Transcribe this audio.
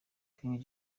king